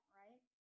right